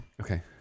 Okay